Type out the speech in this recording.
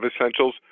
essentials